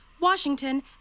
Washington